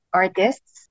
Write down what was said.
artists